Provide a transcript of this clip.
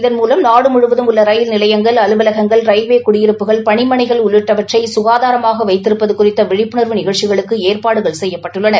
இதன்மூலம் நாடு முழுவதும் உள்ள ரயில் நிலையங்கள் அலுவலுகங்கள் ரயில்வே குடியிருப்புகள் பணிமனைகள் உள்ளிட்டவற்றை ககாதாரமாக வைத்திருப்பது குறித்த விழிப்புணாவு நிகழ்ச்சிகளுக்கு ஏற்பாடுகள் செய்யபபட்டுள்ளன